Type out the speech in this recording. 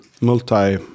multi